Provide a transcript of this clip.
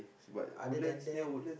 other than that